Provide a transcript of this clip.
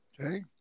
Okay